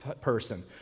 person